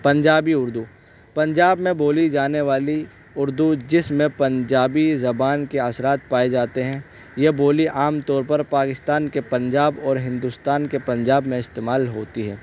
پنجابی اردو پنجاب میں بولی جانے والی اردو جس میں پنجابی زبان کے اثرات پائے جاتے ہیں یہ بولی عام طور پر پاکستان کے پنجاب اور ہندوستان کے پنجاب میں استعمال ہوتی ہیں